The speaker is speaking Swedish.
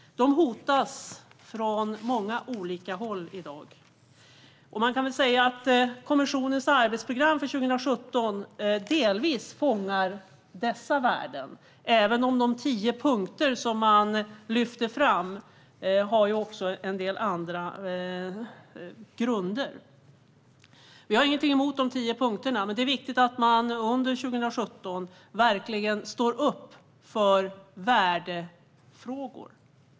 De hotas i dag från många olika håll. Kommissionens arbetsprogram för 2017 fångar delvis dessa värden, även om de tio punkter som lyfts fram också vilar på en del andra grunder. Jag har ingenting emot de tio punkterna, men det är viktigt att man under 2017 verkligen står upp för värdefrågor.